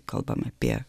kalbam apie